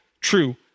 true